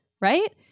right